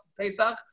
Pesach